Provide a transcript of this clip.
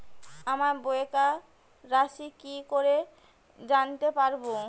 আমার বকেয়া রাশি কি করে জানতে পারবো?